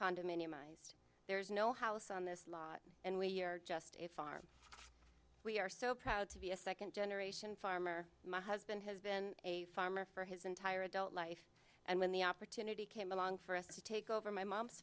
condominium ised there is no house on this lot and we are just a farm we are so proud to be a second generation farmer my husband has been a farmer for his entire adult life and when the opportunity came along for us to take over my mom's